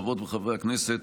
חברות וחברי הכנסת,